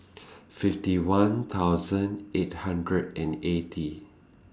fifty one thousand eight hundred and eighty